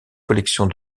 collections